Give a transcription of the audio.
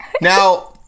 Now